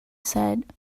said